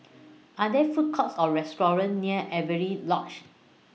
Are There Food Courts Or restaurants near Avery Lodge